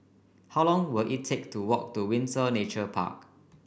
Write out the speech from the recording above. how long will it take to walk to Windsor Nature Park